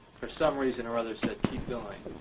for some reason or other said, keep going?